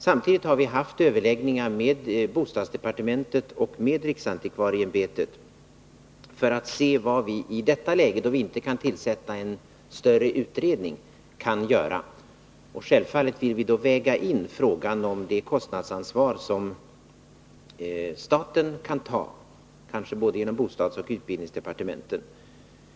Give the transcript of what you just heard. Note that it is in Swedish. Samtidigt har vi haft överläggningar med bostadsdepartementet och med riksantikvarieämbetet för att se vad vi i detta läge — då vi inte kan tillsätta en större utredning — kan göra. Självfallet vill vi då väga in frågan om det kostnadsansvar som staten kan ta — kanske genom både bostadsoch utbildningsdepartementen.